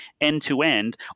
end-to-end